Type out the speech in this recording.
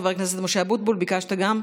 חבר הכנסת משה אבוטבול, ביקשת גם לדבר,